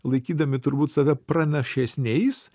laikydami turbūt save pranašesniais